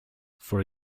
for